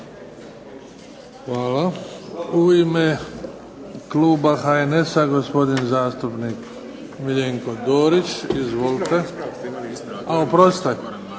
Hvala. U ime kluba HNS-a gospodin zastupnik Miljenko Dorić. Oprostite, jedan